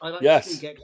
Yes